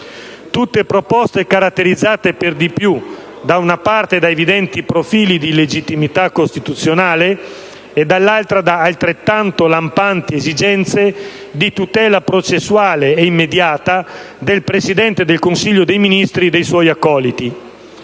Tutte proposte caratterizzate, per di più, da una parte, da evidenti profili di illegittimità costituzionale e, dall'altra, da altrettanto lampanti esigenze di tutela processuale, e immediata, del Presidente del Consiglio dei ministri e dei suoi accoliti.